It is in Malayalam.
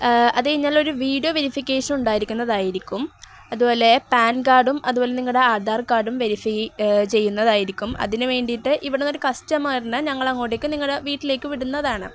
അതഴിഞ്ഞാൽ ഒരു വീഡിയോ വെരിഫിക്കേഷൻ ഉണ്ടായിരിക്കുന്നതായിരിക്കും അതുപോലെ പാൻ കാർഡും അതുപോലെ നിങ്ങളുടെ ആധാർ കാർഡും വെരിഫൈ ചെയ്യുന്നതായിരിക്കും അതിന് വേണ്ടിയിട്ട് ഇവിടുന്നൊരു കസ്റ്റമറിനെ ഞങ്ങളങ്ങോട്ടേക്കു നിങ്ങളുടെ വീട്ടിലേക്കു വിടുന്നതാണ്